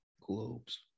Globes